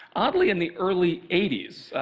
oddly, in the early eighty s.